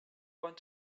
want